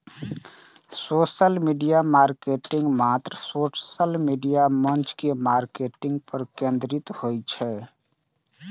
social media marketing मात्र social media मंच के मार्केटिंग पर केंद्रित होइ छै